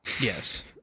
yes